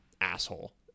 asshole